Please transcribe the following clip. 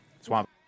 Swamp